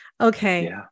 Okay